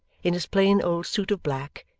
in his plain old suit of black,